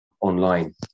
online